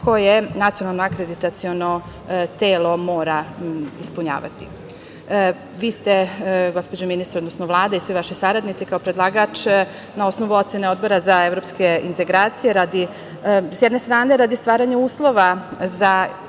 koje Nacionalno akreditaciono telo mora ispunjavati. Vi ste, gospođo ministre, odnosno Vlada i svi vaši saradnici kao predlagač, na osnovu ocenu Odbora za evropske integracije, s jedne strane radi stvaranja uslova za ispunjavanje